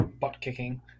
butt-kicking